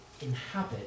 inhabit